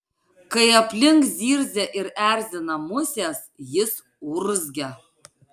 kai aplink zirzia ir erzina musės jis urzgia